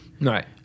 Right